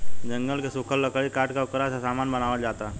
जंगल के सुखल लकड़ी काट के ओकरा से सामान बनावल जाता